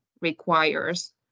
requires